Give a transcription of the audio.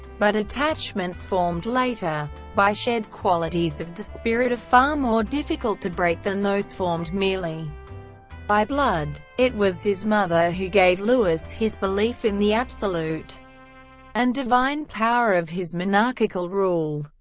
but attachments formed later by shared qualities of the spirit are far more difficult to break than those formed merely by blood. it was his mother who gave louis his belief in the absolute and divine power of his monarchical rule.